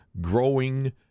growing